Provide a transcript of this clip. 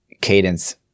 cadence